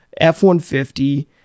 F-150